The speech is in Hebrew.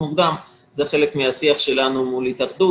זה חלק מהשיח שלנו מול ההתאחדות.